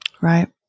Right